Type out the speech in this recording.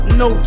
no